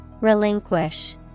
relinquish